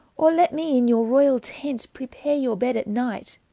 or lett mee, in your royal tent, prepare your bed at nighte,